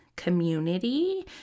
Community